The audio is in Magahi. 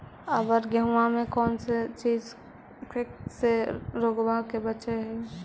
अबर गेहुमा मे कौन चीज के से रोग्बा के बचयभो?